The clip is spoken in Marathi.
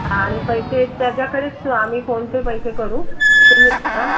आणि पैसे त्याच्याकडेच आम्ही फोनपे पैसे करू तुमी आं